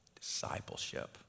discipleship